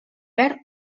perd